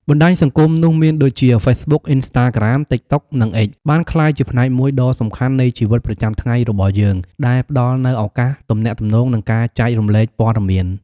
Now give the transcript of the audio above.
បណ្តាញសង្គមនោះមានដូចជា ហ្វេសប៊ុក អ៊ីនស្តារក្រាម តិកតុក និង អ៊ិច បានក្លាយជាផ្នែកមួយដ៏សំខាន់នៃជីវិតប្រចាំថ្ងៃរបស់យើង ដែលផ្តល់នូវឱកាសទំនាក់ទំនង និងការចែករំលែកព័ត៌មាន។